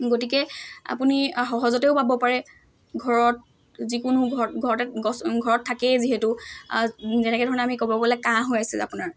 গতিকে আপুনি সহজতেও পাব পাৰে ঘৰত যিকোনো ঘৰত ঘৰতে গছ ঘৰত থাকেই যিহেতু যেনেকৈ ধৰণে আমি ক'ব গ'লে কাহ হৈ আছিল আপোনাৰ